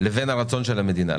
לבין הרצון של המדינה.